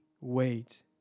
wait